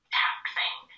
taxing